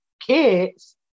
kids